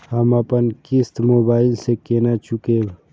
हम अपन किस्त मोबाइल से केना चूकेब?